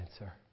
answer